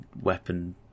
weapon